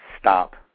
stop